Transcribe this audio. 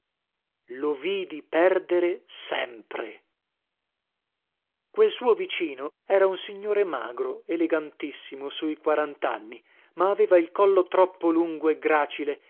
lo vidi perdere sempre quel suo vicino era un signore magro elegantissimo su i quarantanni ma aveva il collo troppo lungo e gracile